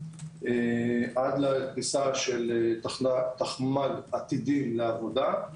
עד לכניסה של תחמ"ג עתידים לעבודה.